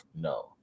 No